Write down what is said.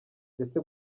ndetse